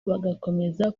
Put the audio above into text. bagakomeza